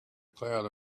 cloud